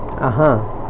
(uh huh)